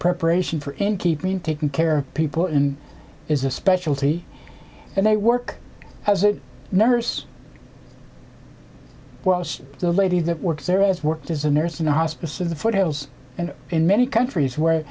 preparation for and keep me taking care of people in is a specialty and they work as a nurse was the lady that worked there as worked as a nurse in a hospice in the foothills and in many countries where